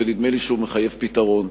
ונדמה לי שהוא מחייב פתרון.